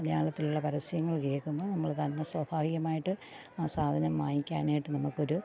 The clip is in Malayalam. മലയാളത്തിലുള്ള പരസ്യങ്ങള് കേൾക്കുമ്പോൾ നമ്മൾ തന്നെ സ്വാഭാവികമായിട്ട് ആ സാധനം വാങ്ങിക്കാനായിട്ട് നമുക്കൊരു